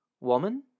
Woman